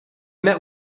met